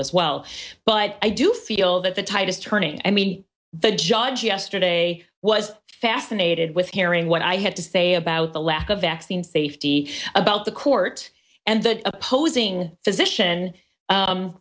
as well but i do feel that the tide is turning i mean the judge yesterday was fascinated with hearing what i had to say about the lack of vaccine safety about the court and the opposing position